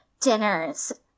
dinners